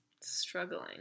Struggling